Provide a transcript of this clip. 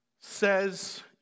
says